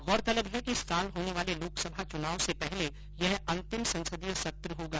गौरतलब है कि इस साल होने वाले लोकसभा चुनाव से पहले यह अंतिम संसदीय सत्र होगा